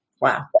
Wow